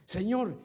Señor